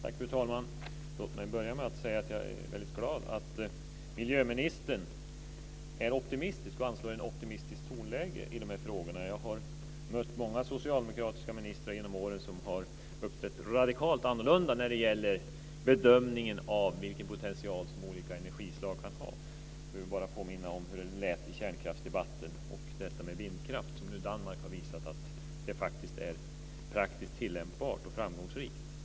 Fru talman! Låt mig börja med att säga att jag är glad att miljöministern är optimistisk och anslår ett optimistiskt tonläge i de här frågorna. Jag har mött många socialdemokratiska ministrar genom åren som har uppträtt radikalt annorlunda när det gäller bedömningen av vilken potential olika energislag kan ha. Jag vill bara påminna om hur det lät i kärnkraftsdebatten och när det gällde detta med vindkraft. Danmark har nu visat att det faktiskt är praktiskt tillämpbart och framgångsrikt.